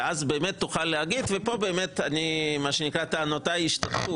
ואז באמת תוכל להגיד פה טענותיי ישתתקו